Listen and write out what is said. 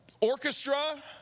orchestra